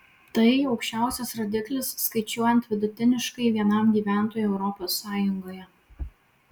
tai aukščiausias rodiklis skaičiuojant vidutiniškai vienam gyventojui europos sąjungoje